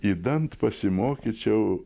idant pasimokyčiau